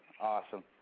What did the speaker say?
Awesome